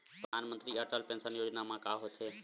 परधानमंतरी अटल पेंशन योजना मा का होथे?